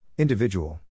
Individual